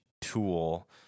tool